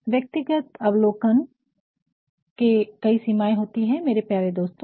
तो व्यक्तिगत अवलोकन के कई सीमाएं होती हैं मेरे प्यारे दोस्तों